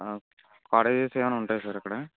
cottages ఏమైన్నా ఉంటాయా sir ఇక్కడ